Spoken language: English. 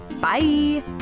Bye